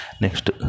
Next